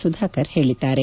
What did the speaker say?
ಸುಧಾಕರ್ ಹೇಳಿದ್ದಾರೆ